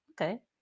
okay